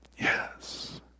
Yes